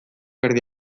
erdi